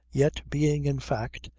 yet being in fact,